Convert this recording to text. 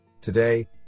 Today